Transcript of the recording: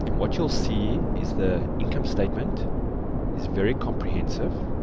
and what you'll see is the income statement is very comprehensive,